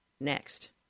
next